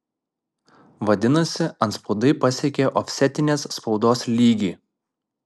vadinasi antspaudai pasiekė ofsetinės spaudos lygį